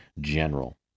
General